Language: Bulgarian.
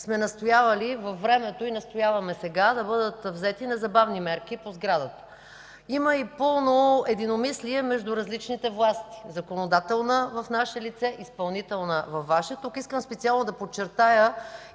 сме настоявали във времето, настояваме и сега да бъдат взети незабавни мерки по сградата. Има и пълно единомислие между различните власти: законодателна – в наше лице, изпълнителна – във Ваше лице. Тук искам специално да подчертая